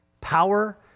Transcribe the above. Power